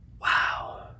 wow